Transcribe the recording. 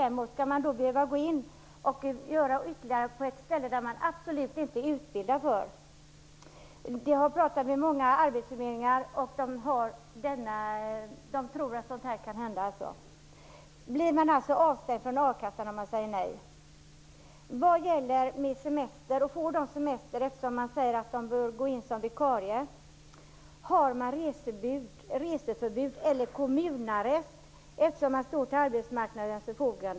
Skall man behöva gå in och arbeta ytterligare med uppgifter som man absolut inte är utbildad för? Man tror på många arbetsförmedlingar att sådant kan hända. Blir man avstängd från akassan om man säger nej? Vad gäller för semester? Får dessa människor semester? Man säger att de bör gå in som vikarier. Har man reseförbud eller kommunarrest, eftersom man står till arbetsmarknadens förfogande?